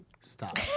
Stop